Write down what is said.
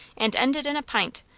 and ended in a pint,